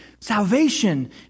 Salvation